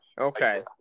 Okay